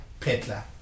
Petler